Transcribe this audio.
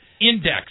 indexed